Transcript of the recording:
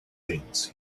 things